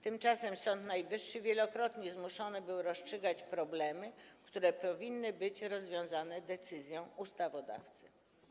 Tymczasem Sąd Najwyższy wielokrotnie zmuszony był rozstrzygać problemy, które powinny być rozwiązane decyzją ustawodawcy.